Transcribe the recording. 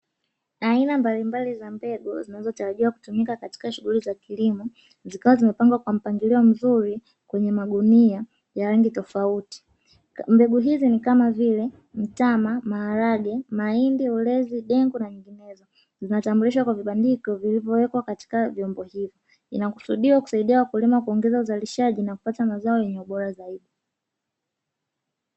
Aina mbalimbali za mbegu zinazotarajia kutumika katika shughuli za kilimo, zikiwa zimepangwa kwa mpangilio mzuri kwenye magunia ya rangi tofauti. Mbegu hizi ni kama vile: mtama, maharage, mahindi, ulezi, dengu na nyinginezo; zinatambulishwa kwa vibandiko vilivyowekwa katika vyombo hivyo. Inakusudiwa kusaidia wakulima kuongeza uzalishaji na kupata mazao yenye ubora zaidi.